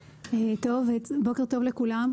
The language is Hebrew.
בוקר טוב לכולם,